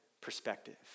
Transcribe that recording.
perspective